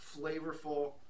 flavorful